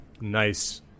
nice